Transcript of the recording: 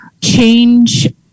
change